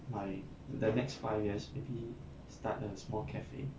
by the next five years maybe start a small cafe